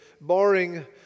barring